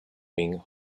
being